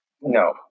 no